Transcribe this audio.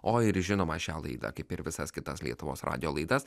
o ir žinoma šią laidą kaip ir visas kitas lietuvos radijo laidas